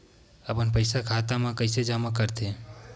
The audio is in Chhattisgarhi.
अपन पईसा खाता मा कइसे जमा कर थे?